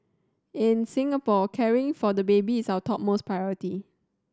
in Singapore caring for the baby is our topmost priority